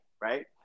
right